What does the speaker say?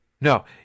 No